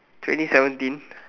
twenty seventeen